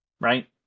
Right